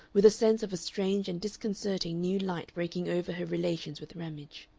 with a sense of a strange and disconcerting new light breaking over her relations with ramage.